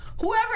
whoever